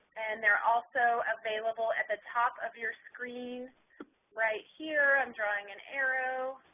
and they're also available at the top of your screen right here, i'm drawing an arrow.